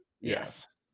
Yes